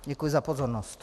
Děkuji za pozornost.